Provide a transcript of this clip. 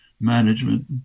management